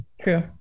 true